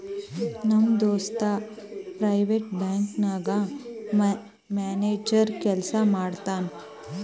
ನಮ್ ದೋಸ್ತ private bank ನಾಗ್ ಮ್ಯಾನೇಜರ್ ಕೆಲ್ಸಾ ಮಾಡ್ತಾನ್